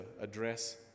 address